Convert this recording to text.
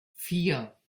vier